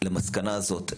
למסקנה הזאת?